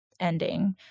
ending